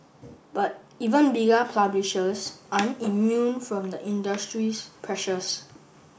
but even bigger publishers aren't immune from the industry's pressures